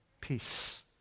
Peace